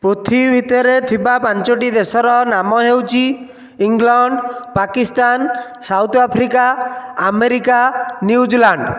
ପୃଥିବୀ ଭିତରେ ଥିବା ପାଞ୍ଚଗୋଟି ଦେଶର ନାମ ହେଉଛି England Pakistan South Africa America New Zealand